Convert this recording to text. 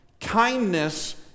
Kindness